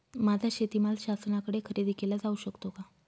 माझा शेतीमाल शासनाकडे खरेदी केला जाऊ शकतो का?